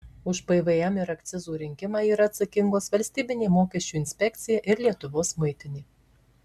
už pvm ir akcizų rinkimą yra atsakingos valstybinė mokesčių inspekcija ir lietuvos muitinė